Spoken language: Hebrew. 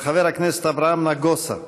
של חבר הכנסת אברהם נגוסה: